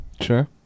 Sure